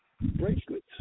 bracelets